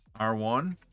R1